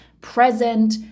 present